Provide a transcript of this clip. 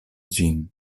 ĝin